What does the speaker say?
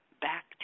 back